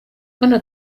bwana